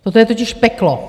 Toto je totiž peklo!